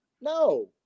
No